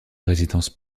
résidence